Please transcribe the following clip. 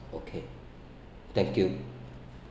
okay thank you